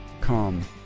Come